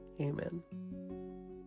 Amen